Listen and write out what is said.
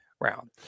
round